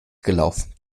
gelaufen